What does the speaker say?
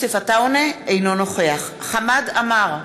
אינו נוכח חמד עמאר,